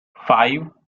five